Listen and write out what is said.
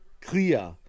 clear